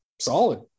solid